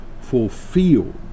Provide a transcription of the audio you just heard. fulfilled